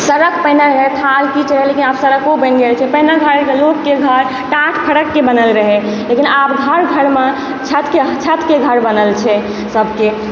सड़क पहिने रहै थाल खींच रहै आब सड़को बनि गेल छै पहिने घर के लोकके घर टाट फड़कके बनल रहै लेकिन आब घर घरमे छतके छतके घर बनल छै सभके